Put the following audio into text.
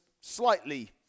slightly